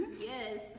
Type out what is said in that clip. Yes